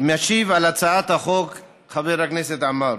משיב על הצעת החוק של חבר הכנסת עמאר: